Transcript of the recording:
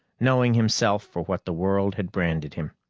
knowing himself for what the world had branded him.